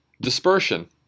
dispersion